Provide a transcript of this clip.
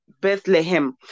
Bethlehem